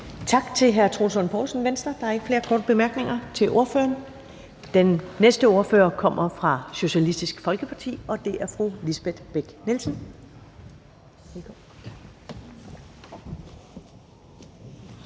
Tak til hr. Troels Lund Poulsen, Venstre. Der er ikke flere korte bemærkninger til ordføreren. Den næste ordfører kommer fra Socialistiske Folkeparti, og det er Fru Lisbeth Bech-Nielsen.